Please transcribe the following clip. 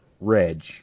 Reg